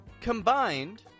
combined